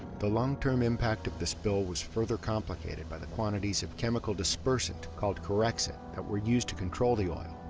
the long-term impact of the spill was further complicated by the quantities of chemical dispersant called corexit that were used to control the oil,